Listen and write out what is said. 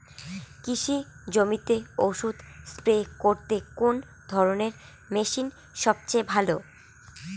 কৃষি জমিতে ওষুধ স্প্রে করতে কোন ধরণের মেশিন সবচেয়ে ভালো?